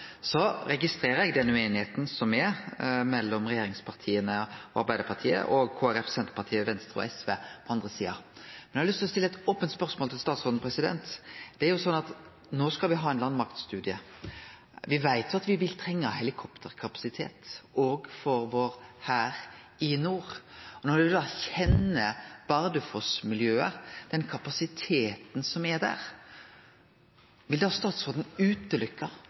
Så registrerer eg den ueinigheita som er mellom regjeringspartia og Arbeidarpartiet på den eine sida og Kristeleg Folkeparti, Senterpartiet, Venstre og SV på den andre sida. Men eg har lyst til å stille eit ope spørsmål til statsråden. No skal me ha ein landmaktstudie. Me veit at me vil trenge helikopterkapasitet òg for vår hær i nord. Når ein kjenner Bardufoss-miljøet, den kapasiteten som er der, vil statsråden